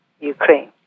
Ukraine